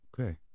Okay